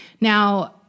Now